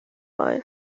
ein